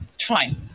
Fine